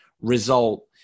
result